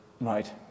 Right